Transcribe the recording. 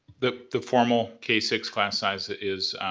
the the formal k six class size is,